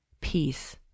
peace